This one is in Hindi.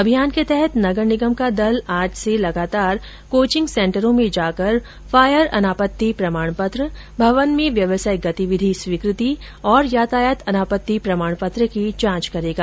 अभियान के तहत नगर निगम का दल आज से लगातार कोचिंग सेन्टरों में जाकर फायर अनापति प्रमाण पत्र भवन में व्यावसायिक गतिविधि स्वीकृति और यातायात अनापत्ति प्रमाण पत्र की जांच करेगा